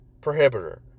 prohibitor